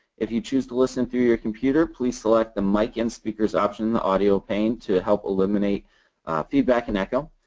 if you choose to listen through your computer, please select the mic and speakers options on the audio pane to help eliminate feedback and echo.